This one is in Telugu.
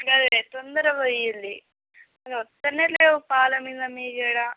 అదే తొందరగా పొయ్యండి వస్తనే లేవు పాల మిద మీగడ